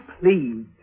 please